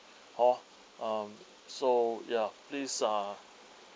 hor mm so ya please ah